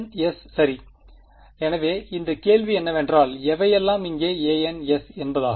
ans சரி எனவே இங்கே கேள்வி என்னவென்றால் எவையெல்லாம் இங்கே ans என்பதாகும்